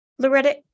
Loretta